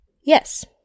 Yes